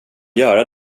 göra